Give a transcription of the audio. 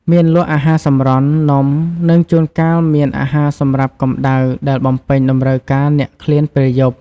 មានលក់ អាហារសម្រន់ នំ និងជួនកាលមានអាហារសម្រាប់កម្ដៅដែលបំពេញតម្រូវការអ្នកឃ្លានពេលយប់។